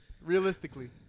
realistically